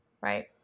right